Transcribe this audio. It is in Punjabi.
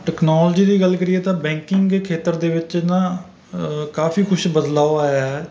ਟੈਕਨੋਲਜੀ ਦੀ ਗੱਲ ਕਰੀਏ ਤਾਂ ਬੈਕਿੰਗ ਦੇ ਖੇਤਰ ਦੇ ਵਿੱਚ ਨਾ ਅ ਕਾਫੀ ਕੁਛ ਬਦਲਾਓ ਆਇਆ ਹੈ